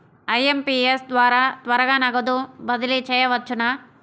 IMPS ద్వారా త్వరగా నగదు బదిలీ చేయవచ్చునా?